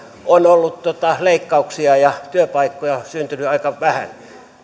on ollut leikkauksia ja työpaikkoja syntynyt aika vähän